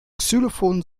xylophon